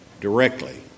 directly